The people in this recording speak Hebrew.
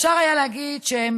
אפשר היה להגיד שהם